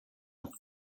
world